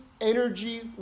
energy